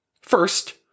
First